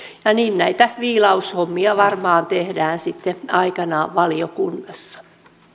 ja niin näitä viilaushommia varmaan tehdään sitten aikanaan valiokunnassa